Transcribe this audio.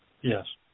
yes